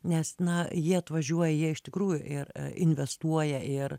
nes na jie atvažiuoja jie iš tikrųjų ir investuoja ir